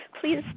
please